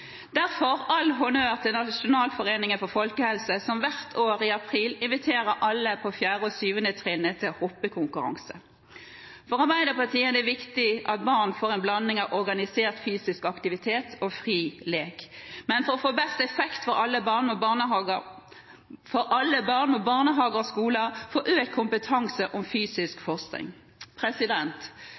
Derfor all honnør til Nasjonalforeningen for folkehelsen, som hvert år i april inviterer alle på 4.–7. trinn til hoppetaukonkurranse. For Arbeiderpartiet er det viktig at barn får en blanding av organisert fysisk aktivitet og fri lek. Men for å få best effekt for alle barn må barnehager og skoler få økt kompetanse om fysisk